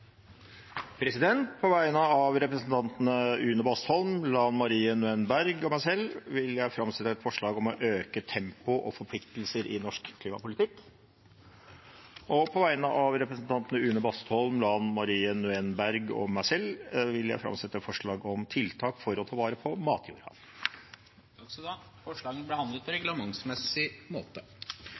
På vegne av representantene Une Bastholm, Lan Marie Nguyen Berg og meg selv vil jeg framsette et forslag om å øke tempo og forpliktelser i norsk klimapolitikk. Og på vegne av representantene Une Bastholm, Lan Marie Nguyen Berg og meg selv vil jeg framsette forslag om tiltak for å ta vare på matjorda. Forslagene vil bli behandlet på reglementsmessig måte.